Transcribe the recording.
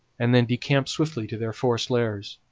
and then decamp swiftly to their forest lairs.